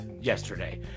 yesterday